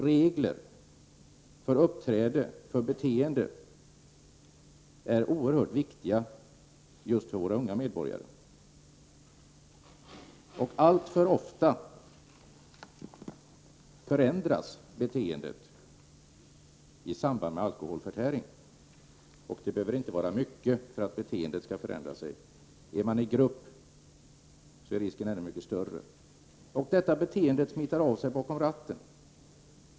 Just normer och regler för beteendet är oerhört viktigt speciellt för våra unga medborgare. Alltför ofta förändras beteendet i samband med alkoholförtäring. Det behövs inte mycket alkohol för att beteendet skall förändra sig, och är man i grupp är risken ännu mycket större. Detta beteende påverkar förmågan bakom ratten.